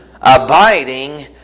Abiding